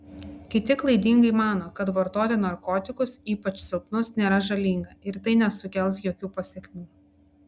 kiti klaidingai mano kad vartoti narkotikus ypač silpnus nėra žalinga ir tai nesukels jokių pasekmių